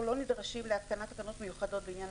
לא נדרשים להתקנת תקנות מיוחדות לעניין